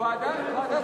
ועדת